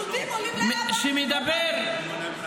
הר הבית בידינו.